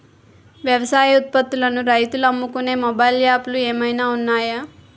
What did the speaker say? వ్యవసాయ ఉత్పత్తులను రైతులు అమ్ముకునే మొబైల్ యాప్ లు ఏమైనా ఉన్నాయా?